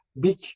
big